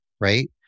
right